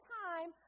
time